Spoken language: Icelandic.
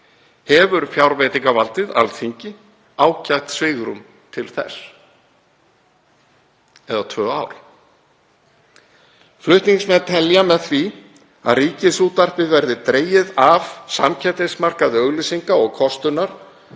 hefur fjárveitingavaldið, Alþingi, ágætt svigrúm til þess eða tvö ár. Flutningsmenn telja að með því að Ríkisútvarpið verði dregið út af samkeppnismarkaði auglýsinga og kostunar